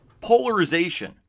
polarization